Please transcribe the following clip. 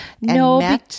No